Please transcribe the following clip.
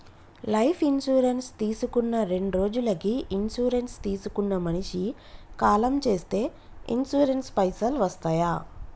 Life insurance తీసుకున్న రెండ్రోజులకి insurance తీసుకున్న మనిషి కాలం చేస్తే ఇన్సూరెన్స్ పైసల్ వస్తయా?